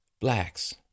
blacks